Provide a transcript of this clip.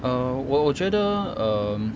err 我我觉得 um